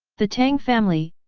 the tang family,